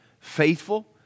faithful